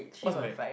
what's married